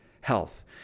health